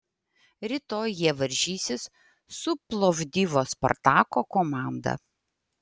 rytoj jie varžysis su plovdivo spartako komanda